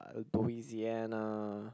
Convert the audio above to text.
Lousiana